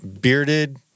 bearded